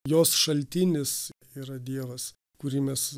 jos šaltinis yra dievas kurį mes